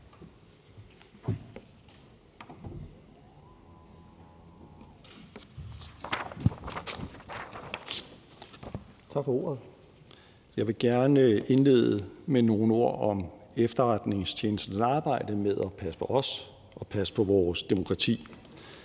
Tak for ordet. Jeg vil gerne indlede med nogle ord om efterretningstjenesternes arbejde med at passe på os og passe på vores demokrati.